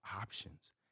options